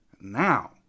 now